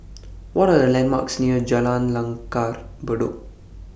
What Are The landmarks near Jalan Langgar Bedok